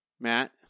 Matt